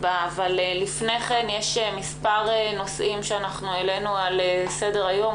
יש כמה נושאים שהעלינו על סדר היום,